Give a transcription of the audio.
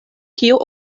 kio